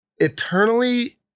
Eternally